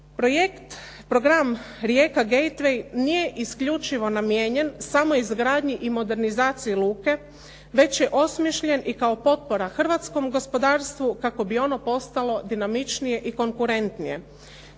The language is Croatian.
program Rijeka Getaway nije isključivo namijenjen samo izgradnji i modernizaciji luke već je osmišljen i kako potpora hrvatskom gospodarstvu kako bi ono postalo dinamičnije i konkurentnije.